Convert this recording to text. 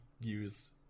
use